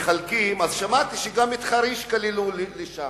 שמעתי שגם את חריש כללו שם.